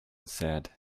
said